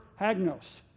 hagnos